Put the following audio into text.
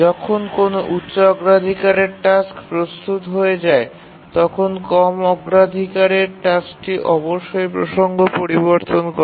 যখন কোনও উচ্চ অগ্রাধিকারের টাস্ক প্রস্তুত হয়ে যায় তখন নিম্ন অগ্রাধিকারের টাস্কটি অবশ্যই পথ পরিবর্তন করে